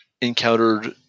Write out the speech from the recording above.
encountered